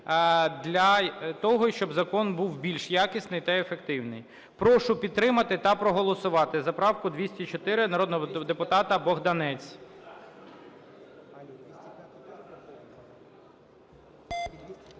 для того, щоб закон був більш якісний та ефективний. Прошу підтримати та проголосувати за правку 204 народного депутата Богданця.